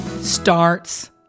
Starts